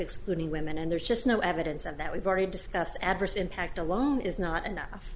excluding women and there's just no evidence of that we've already discussed adverse impact alone is not enough